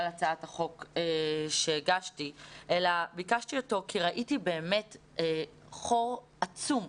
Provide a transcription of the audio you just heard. הצעת החוק שהגשתי אלא ראיתי באמת חור עצום,